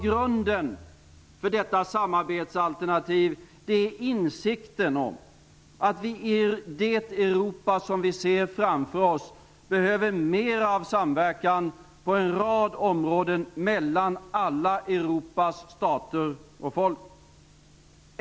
Grunden för detta samarbetsalternativ är insikten om att vi i det Europa som vi ser framför oss behöver mera av samverkan på en rad områden mellan alla Europas stater och folk.